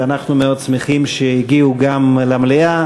ואנחנו מאוד שמחים שהם הגיעו גם למליאה.